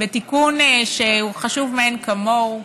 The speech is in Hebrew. בתיקון שהוא חשוב מאין כמוהו.